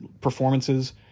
performances